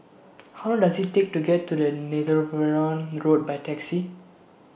How Long Does IT Take to get to Netheravon Road By Taxi